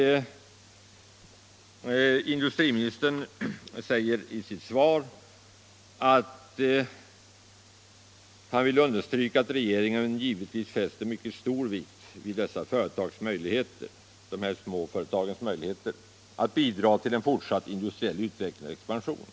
Industriministern anför i sitt svar att han vill understryka att regeringen ”givetvis fäster mycket stor vikt vid dessa företags möjligheter att bidra till en fortsatt industriell utveckling och expansion”.